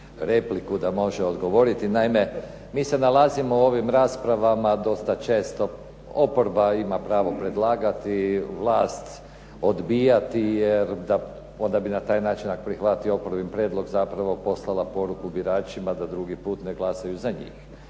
da može odgovoriti. Naime, mi se nalazimo u ovim raspravama dosta često. Oporba ima pravo predlagati, vlast odbijati jer da, onda bi na daj način ako prihvati oporbin prijedlog zapravo poslala poruku biračima da drugi put ne glasaju za njih.